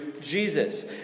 Jesus